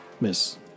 miss